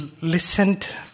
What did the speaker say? listened